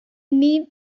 need